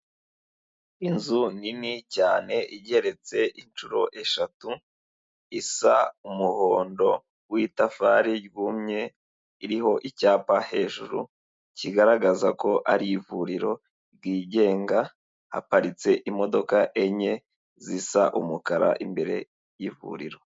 Inzu nini cyane igereretse inshuro eshatu, isa umuhondo w'itafari ryumye, iriho icyapa hejuru kigaragaza ko ari ivuriro ryigenga, haparitse imodoka enye zisa umukara imbere y'ivuriro.